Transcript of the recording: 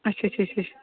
اچھا اچھا اچھا